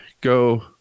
go